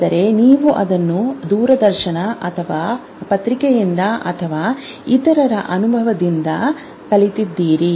ಆದರೆ ನೀವು ಅದನ್ನು ದೂರದರ್ಶನ ಅಥವಾ ಪತ್ರಿಕೆಯಿಂದ ಅಥವಾ ಇತರರ ಅನುಭವದಿಂದ ಕಲಿತಿದ್ದೀರಿ